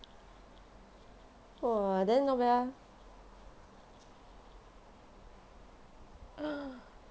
!wah! then not bad ah